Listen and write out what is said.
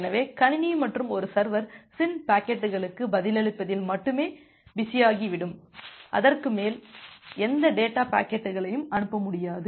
எனவே கணினி மற்றும் ஒரு சர்வர் SYN பாக்கெட்டுகளுக்கு பதிலளிப்பதில் மட்டுமே பிஸியாகிவிடும் அதற்கு மேல் எந்த டேட்டா பாக்கெட்டுகளையும் அனுப்ப முடியாது